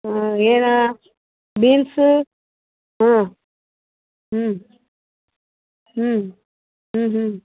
ಏನು ಬೀನ್ಸ್ ಹಾಂ ಹ್ಞೂ ಹ್ಞೂ ಹ್ಞೂ ಹ್ಞೂ